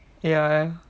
ya